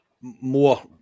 more